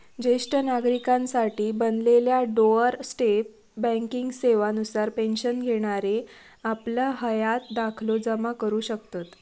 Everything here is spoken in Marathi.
ज्येष्ठ नागरिकांसाठी बनलेल्या डोअर स्टेप बँकिंग सेवा नुसार पेन्शन घेणारे आपलं हयात दाखलो जमा करू शकतत